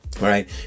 right